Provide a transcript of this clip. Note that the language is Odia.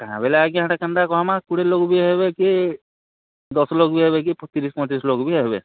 କା'ଣା ବେଲେ ଆଜ୍ଞା ହେଟା କେନ୍ତା କହେମା କୁଡ଼ିଏ ଲୋକ୍ ବି ହେବେ କି ଦଶ୍ ଲୋକ୍ ବି ହେବେ କି ତିରିଶ ପଇଁତିରିଶ ଲୋକ୍ ବି ହେବେ